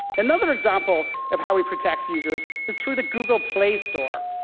another example of how we protect users is through the google play store.